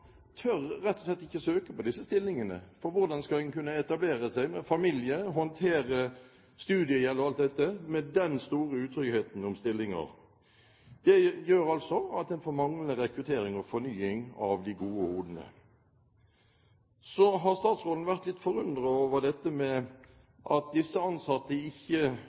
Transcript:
rett og slett ikke å søke på disse stillingene, for hvordan skal en kunne etablere seg med familie og håndtere studiegjeld og alt dette med den store utryggheten om stillinger? Det gjør at en får manglende fornying og rekruttering av de gode hodene. Så har statsråden vært litt forundret over at disse ansatte ikke